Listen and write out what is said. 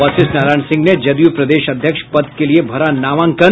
वशिष्ठ नारायण सिंह ने जदयू प्रदेश अध्यक्ष पद के लिये भरा नामांकन